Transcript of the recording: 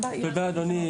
אדוני,